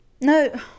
no